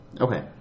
Okay